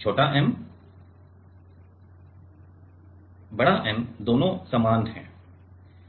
छोटा M बड़ा M समान है